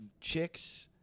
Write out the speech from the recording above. Chicks